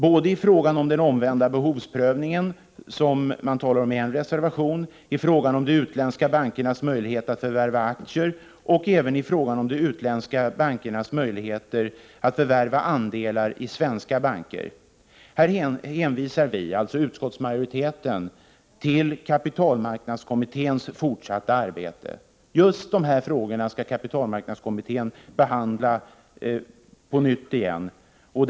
Både i fråga om den omvända behovsprövningen, som man talar om i en reservation, i fråga om de utländska bankernas möjligheter att förvärva aktier och även i fråga om deras möjligheter att förvärva andelar i svenska banker hänvisar utskottsmajoriteten till kapitalmarknadskommitténs fortsatta arbete. Just dessa frågor skall kommittén på nytt behandla.